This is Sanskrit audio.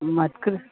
मत्कृते